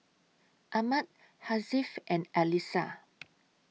Ahmad Hasif and Alyssa